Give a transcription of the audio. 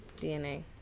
DNA